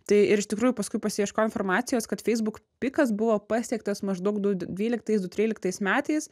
tai ir iš tikrųjų paskui pasiieškojo informacijos kad facebook pikas buvo pasiektas maždaug du dvyliktais du tryliktais metais